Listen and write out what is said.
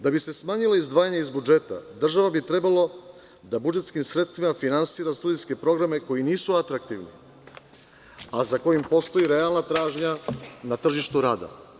Da bi se smanjila izdvajanja iz budžeta, država bi trebalo da budžetskim sredstvima finansira studentske programe koji nisu atraktivni, a za kojima postoji realna tražnja na tržištu rada.